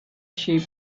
sheep